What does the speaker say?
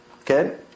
Okay